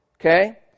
Okay